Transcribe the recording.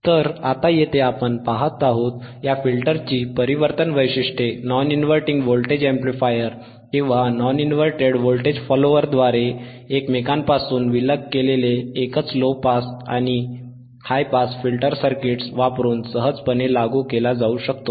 तर आता येथे आपण पाहत आहोत या फिल्टरची परिवर्तन वैशिष्ट्ये नॉन इनव्हर्टिंग व्होल्टेज अॅम्प्लिफायर किंवा नॉन इनव्हर्टेड व्होल्टेज फॉलोअरद्वारे एकमेकांपासून विलग केलेले एकच लो पास आणि हाय पास फिल्टर सर्किट्स वापरून सहजपणे लागू केले जाऊ शकतात